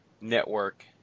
network